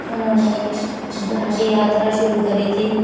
انہوں نے ہی ڈانڈی یاترا شروع کری تھی